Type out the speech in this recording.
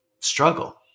struggle